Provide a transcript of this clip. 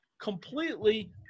completely